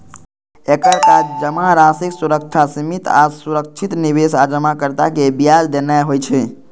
एकर काज जमाराशिक सुरक्षा, सीमित आ सुरक्षित निवेश आ जमाकर्ता कें ब्याज देनाय होइ छै